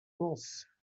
manses